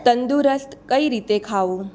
તંદુરસ્ત કઈ રીતે ખાવું